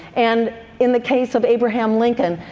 and in the case of abraham lincoln,